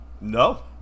No